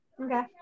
Okay